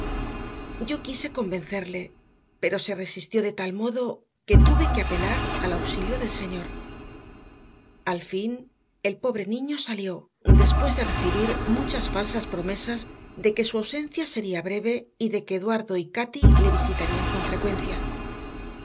yo quise convencerle pero se resistió de tal modo que tuve que apelar al auxilio del señor al fin el pobre niño salió después de recibir muchas falsas promesas de que su ausencia sería breve y de que eduardo y cati le visitarían con frecuencia